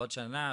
לעוד שנה,